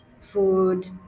food